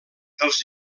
els